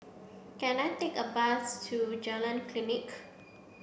can I take a bus to Jalan Klinik